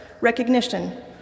recognition